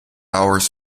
hours